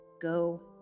Go